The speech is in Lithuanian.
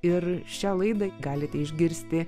ir šią laidą galite išgirsti